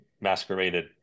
masqueraded